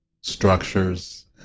structures